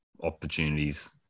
opportunities